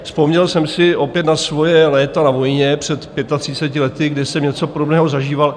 Vzpomněl jsem si opět na svoje léta na vojně před pětatřiceti lety, kdy jsem něco podobného zažíval.